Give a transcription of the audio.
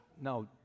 No